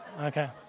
Okay